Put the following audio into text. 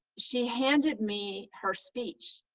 she handed me her speech,